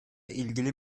ilgili